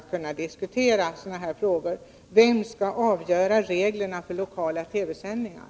Vem skall fastställa reglerna för lokala TV-sändningar?